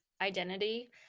identity